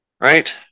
Right